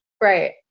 Right